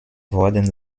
worden